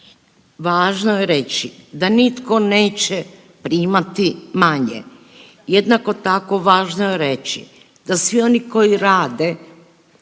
Važno je reći da nitko neće primati manje. Jednako tako važno je reći da svi oni koji rade